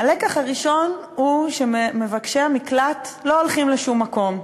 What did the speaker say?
הלקח הראשון הוא שמבקשי המקלט לא הולכים לשום מקום.